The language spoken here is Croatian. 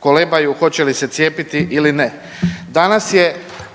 kolebaju hoće li se cijepiti ili ne.